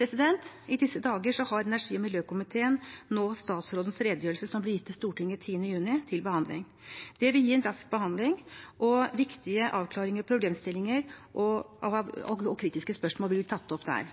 I disse dager har energi- og miljøkomiteen statsrådens redegjørelse som ble gitt til Stortinget 10. juni, til behandling. Det vil gi en rask behandling, og viktige avklaringer og problemstillinger og kritiske spørsmål vil bli tatt opp der.